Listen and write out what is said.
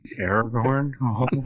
Aragorn